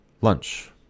lunch